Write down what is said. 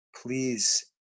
please